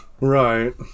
right